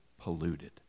polluted